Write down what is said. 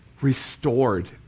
restored